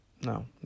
No